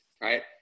right